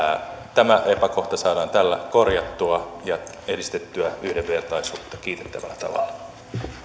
tämä epäkohta saadaan tällä korjattua ja edistettyä yhdenvertaisuutta kiitettävällä tavalla